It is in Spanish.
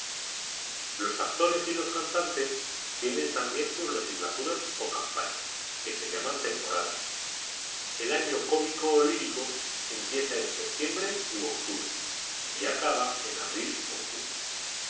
los actores y los cantantes tienen también sus legislaturas o campañas que se llaman temporadas el año cómico o lírico empieza en septiembre u octubre y acaba en abril o junio